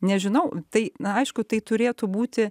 nežinau tai na aišku tai turėtų būti